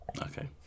Okay